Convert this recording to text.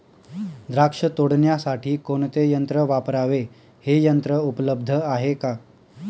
द्राक्ष तोडण्यासाठी कोणते यंत्र वापरावे? हे यंत्र उपलब्ध आहे का?